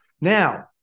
Now